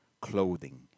clothing